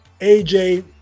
aj